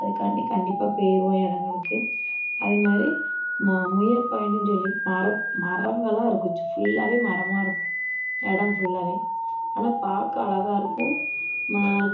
அதுக்காண்டி கண்டிப்பாக போயிருவோம் இடங்களுக்கு அதுமாதிரி முயல் பாய்ண்ட்டுன்னு சொல்லி மரங்களாக இருக்கும் ஃபுல்லாகவே மரமாக இருக்கும் இடம் ஃபுல்லாகவே ஆனால் பார்க்க அழகா இருக்கும்